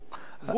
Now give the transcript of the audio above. אמר, והוא גם אמר